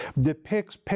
depicts